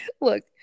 look